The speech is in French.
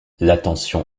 l’attention